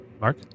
Mark